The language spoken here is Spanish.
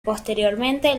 posteriormente